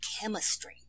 chemistry